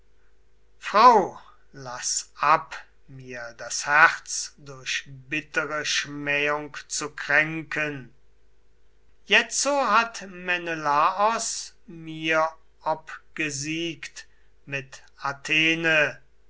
frau laß ab mir das herz durch bittere schmähung zu kränken jetzo hat menelaos mir obgesiegt mit athene